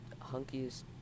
hunkiest